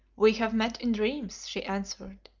we have met in dreams, she answered,